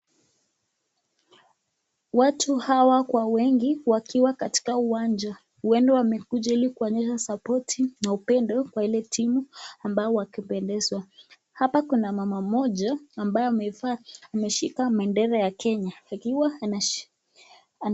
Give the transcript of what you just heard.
Watu hawa kwa wingi wakiwa katika uwanja huenda wamekuja ili kuonyesha sapoti na upendo kwa ile timu ambayo wakipendezwa. Hapa kuna mama mmoja ambaye ameshika bendera ya kenya akiwa ana...